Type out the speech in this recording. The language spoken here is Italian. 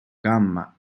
gamma